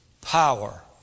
power